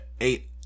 Eight